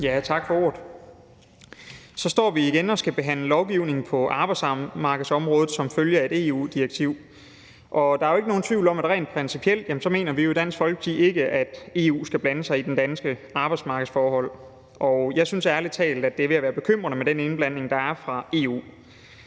Tak for ordet. Så står vi igen og skal behandle lovgivning på arbejdsmarkedsområdet som følge af et EU-direktiv, og der er jo ikke nogen tvivl om, at vi i Dansk Folkeparti rent principielt ikke mener, at EU skal blande sig i de danske arbejdsmarkedsforhold. Jeg synes ærlig talt, at det er ved at være bekymrende med den indblanding, der er fra EU.